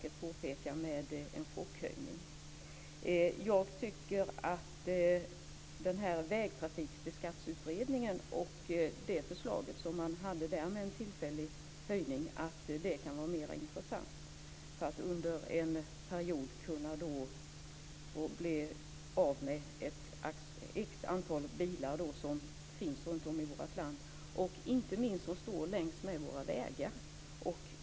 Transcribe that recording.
Det påtalades ju också av Jag tycker att Vägtrafikbeskattningsutredningens förslag om en tillfällig höjning kan vara mera intressant. Under en period skulle man kunna bli av med x bilar som finns runt om i vårt land - inte minst de som står utmed våra vägar.